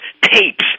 tapes